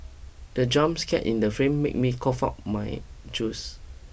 the jump scare in the film made me cough out my juice